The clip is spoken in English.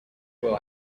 will